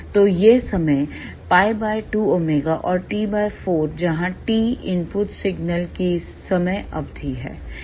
तो यह समय है ℼ2⍵or T4जहां T इनपुट सिग्नल की समय अवधि है